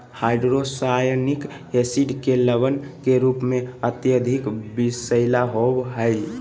hydrocyanic acid के लवण के रूप में अत्यधिक विषैला होव हई